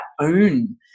own